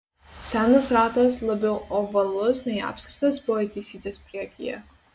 senas ratas labiau ovalus nei apskritas buvo įtaisytas priekyje